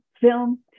film